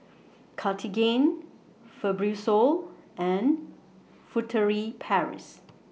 Cartigain Fibrosol and Furtere Paris